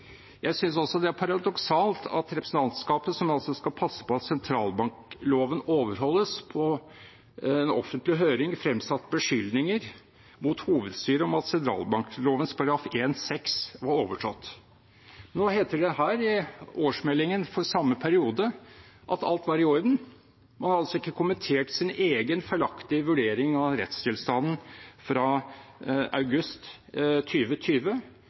Jeg synes også det er paradoksalt at representantskapet, som altså skal passe på at sentralbankloven overholdes, i en offentlig høring fremsatte beskyldninger mot hovedstyret om at sentralbankloven § 1-6 var overtrådt. Nå heter det her, i årsmeldingen for samme periode, at alt var i orden. Man har altså ikke kommentert sin egen feilaktige vurdering av rettstilstanden fra august